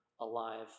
alive